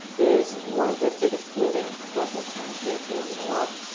is one of the biggest polluting sources of c o two in the world.